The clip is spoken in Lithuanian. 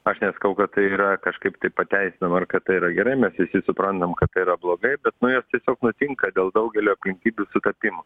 aš nesakau kad tai yra kažkaip tai pateisinama ar kad tai yra gerai mes visi suprantam kad tai yra blogai bet nu jos tiesiog nutinka dėl daugelio aplinkybių sutapimų